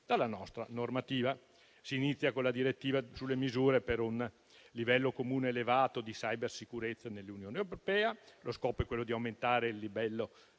dalla nostra normativa. Si inizia con la direttiva sulle misure per un livello comune elevato di cybersicurezza nell'Unione europea. Lo scopo è di aumentare il livello